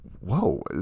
whoa